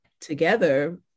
together